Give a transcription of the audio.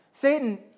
Satan